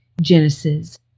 Genesis